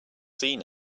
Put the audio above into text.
seen